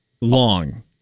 Long